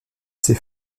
ses